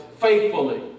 faithfully